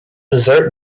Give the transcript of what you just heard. dessert